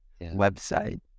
website